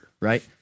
right